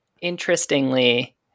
interestingly